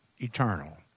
eternal